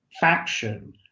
faction